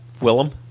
Willem